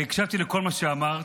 הרי הקשבתי לכל מה שאמרת,